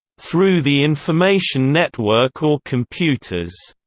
through the information network or computers,